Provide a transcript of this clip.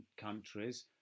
countries